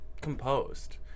composed